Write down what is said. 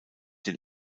den